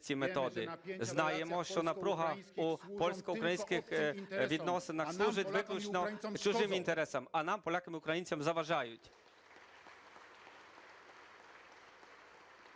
знаємо, що напруга у польсько-українських відносинах служить виключно чужим інтересам, а нам, полякам і українцям, заважають.